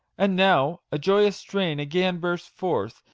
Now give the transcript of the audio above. and now a joyous strain again burst forth,